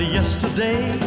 yesterday